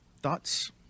Thoughts